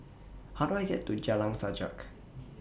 How Do I get to Jalan Sajak